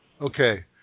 Okay